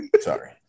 Sorry